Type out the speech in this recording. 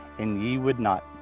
and ye would not!